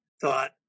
thought